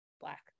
black